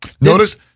Notice